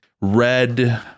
red